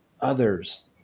others